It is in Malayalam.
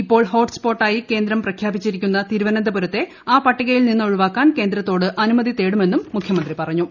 ഇപ്പോൾ ഹോട്ട്സ്പോട്ട് ആയി കേന്ദ്രം പ്രഖ്യാപിച്ചിരിക്കുന്ന തിരുവനന്തപുരത്തെ ആ പട്ടികയിൽ നിന്ന് ഒഴിവാക്കാൻ കേന്ദ്രത്തോട് അനുമതി തേടുമെന്നും മുഖ്യമന്ത്രി പറഞ്ഞു